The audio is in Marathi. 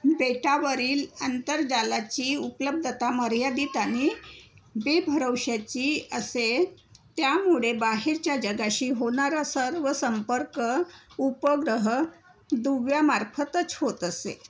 बेटावरील आंतरजालाची उपलब्धता मर्यादित आणि बेभरवशाची असेल त्यामुळे बाहेरच्या जगाशी होणारा सर्व संपर्क उपग्रह दुव्यामार्फतच होत असे